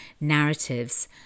narratives